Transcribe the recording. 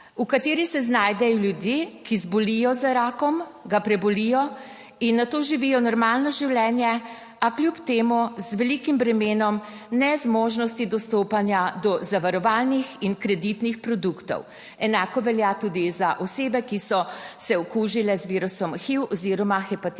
v kateri se znajdejo ljudje, ki zbolijo za rakom, ga prebolijo in na to živijo normalno življenje, a kljub temu z velikim bremenom nezmožnosti dostopanja do zavarovalnih in kreditnih produktov. Enako velja tudi za osebe, ki so se okužile z virusom HIV oziroma hepatitisom